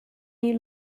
you